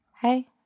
hey